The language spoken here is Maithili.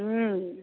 हूँ